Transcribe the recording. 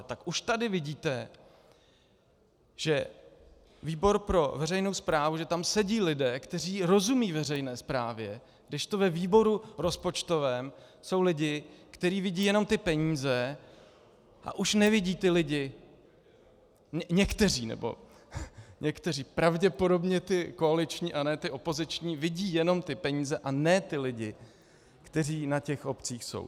Tak už tady vidíte, že výbor pro veřejnou správu, že tam sedí lidé, kteří rozumí veřejné správě, kdežto ve výboru rozpočtovém jsou lidi, kteří vidí jenom ty peníze a už nevidí ty lidi, někteří, pravděpodobně ti koaliční a ne ti opoziční vidí jenom ty peníze a ne ty lidi, kteří na těch obcích jsou.